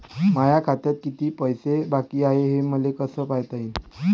माया खात्यात किती पैसे बाकी हाय, हे मले कस पायता येईन?